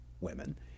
women